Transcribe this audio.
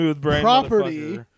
property